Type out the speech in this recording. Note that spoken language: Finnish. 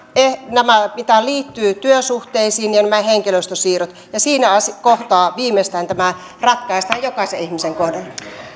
nämä mitä liittyy työsuhteisiin ja nämä henkilöstösiirrot siinä kohtaa viimeistään tämä ratkaistaan jokaisen ihmisen kohdalla